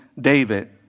David